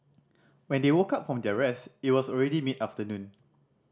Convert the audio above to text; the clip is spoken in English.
when they woke up from their rest it was already mid afternoon